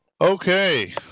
Okay